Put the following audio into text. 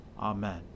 Amen